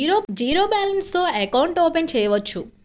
Zero balance తో account open చేయవచ్చు?